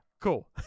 cool